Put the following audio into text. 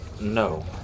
No